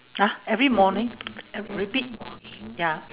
!huh! every morning uh repeat ya